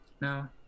No